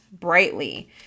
brightly